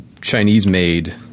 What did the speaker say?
Chinese-made